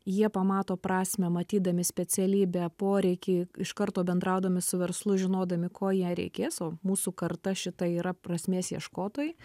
jie pamato prasmę matydami specialybę poreikį iš karto bendraudami su verslu žinodami ko jai reikės o mūsų karta šita yra prasmės ieškotojai